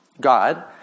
God